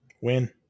Win